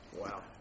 Wow